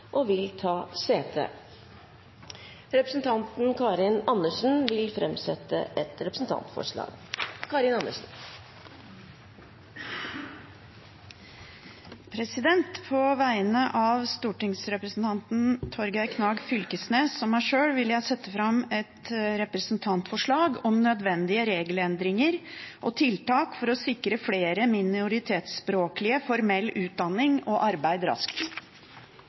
og vil ta sete. Representanten Karin Andersen vil framsette et representantforslag. På vegne av stortingsrepresentanten Torgeir Knag Fylkesnes og meg sjøl vil jeg sette fram et representantforslag om nødvendige regelendringer og tiltak for å sikre flere minoritetsspråklige mulighet til formell utdanning og arbeid raskt.